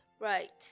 right